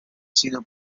sido